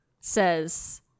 says